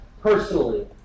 personally